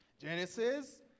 Genesis